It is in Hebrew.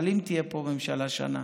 אבל אם תהיה פה ממשלה שנה.